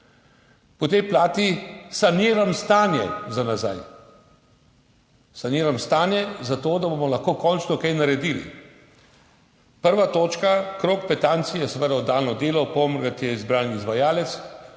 Po tej plati saniram stanje za nazaj. Saniram stanje za to, da bomo lahko končno kaj naredili. Prva točka, Krog–Petanjci je seveda oddano delo, Pomgrad je izbran izvajalec.